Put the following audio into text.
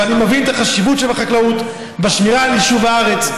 ואני מבין את החשיבות שבחקלאות בשמירה על יישוב הארץ.